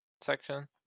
section